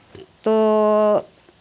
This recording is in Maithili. तो